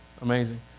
Amazing